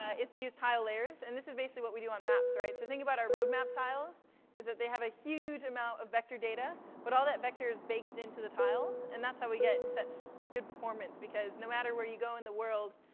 ah is to use tile layers. and this is basically what we do on maps, right? so thing about our road map tiles is that they have a huge amount of vector data, but all that vector is baked into the tiles, and that's how we get such good performance because, no matter where you go in the world,